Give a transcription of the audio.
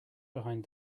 behind